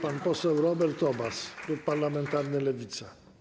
Pan poseł Robert Obaz, klub parlamentarny Lewica.